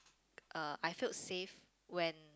uh I feel safe when